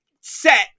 set